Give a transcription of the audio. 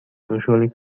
usually